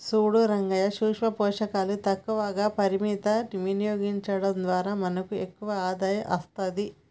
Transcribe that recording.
సూడు రంగయ్యా సూక్ష పోషకాలు తక్కువ పరిమితం వినియోగించడం ద్వారా మనకు ఎక్కువ ఆదాయం అస్తది